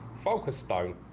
folka's stone,